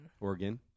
Oregon